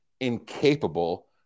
incapable